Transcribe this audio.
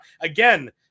again